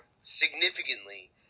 significantly